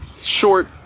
short